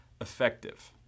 effective